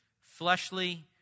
fleshly